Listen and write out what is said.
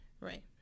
Right